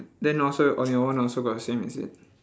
then also on your one also got the same is it